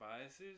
biases